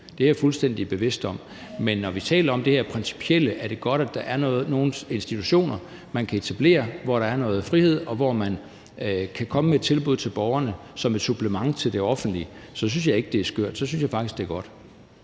Det er jeg fuldstændig bevidst om. Men når vi taler om det principielle, i forhold til om det er godt, at der er nogle institutioner, man kan etablere, hvor der er noget frihed, og hvor man kan komme med tilbud til borgerne som et supplement til det offentlige, så synes jeg ikke, det er skørt. Så synes jeg faktisk, det er godt.